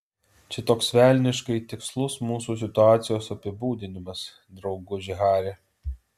čia toks velniškai tikslus mūsų situacijos apibūdinimas drauguži hari